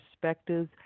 perspectives